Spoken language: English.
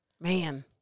Man